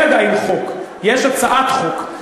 אין עדיין חוק, יש הצעת חוק.